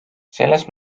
selles